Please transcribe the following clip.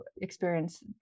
experience